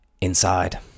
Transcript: Inside